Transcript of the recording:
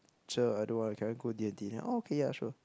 cher I don't want can I go D-and-T then okay ya sure